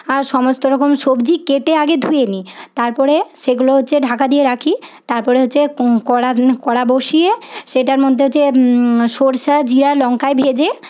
আর সমস্তরকম সবজি কেটে আগে ধুয়ে নিই তারপরে সেগুলো হচ্ছে ঢাকা দিয়ে রাখি তারপরে হচ্ছে কড়া কড়া বসিয়ে সেইটার মধ্যে হচ্ছে সরষা জিরা লঙ্কা ভেজে